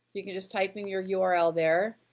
you can just type in your your url there.